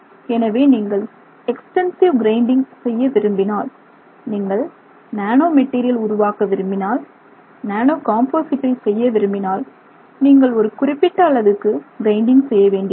எனவே நீங்கள் extensive grinding செய்ய விரும்பினால் நீங்கள் நேனோ மெட்டீரியல் உருவாக்க விரும்பினால் நேனோ காம்போசிட்டை செய்ய விரும்பினால் நீங்கள் ஒரு குறிப்பிட்ட அளவுக்கு கிரைண்டிங் செய்யவேண்டியுள்ளது